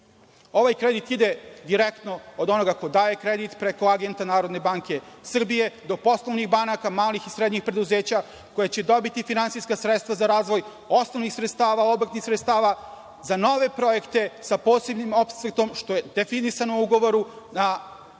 Ovaj kredit ide direktno od onoga ko daje kredit, preko agenta Narodne banke Srbije, do poslovnih banaka, malih i srednjih preduzeća koja će dobiti finansijska sredstva za razvoj osnovnih sredstava, obrtnih sredstava, za nove projekte sa posebnim osvrtom, što je definisano u ugovoru, na